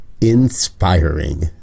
Inspiring